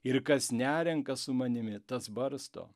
ir kas nerenka su manimi tas barsto